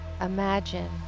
imagine